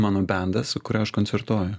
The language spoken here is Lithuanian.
mano bendas su kuriuo aš koncertuoju